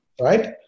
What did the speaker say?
right